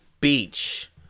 Beach